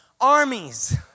armies